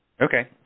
Okay